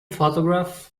photograph